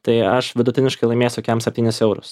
tai aš vidutiniškai laimėsiu kem septynis eurus